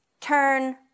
turn